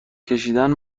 کشیدن